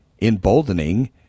emboldening